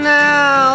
now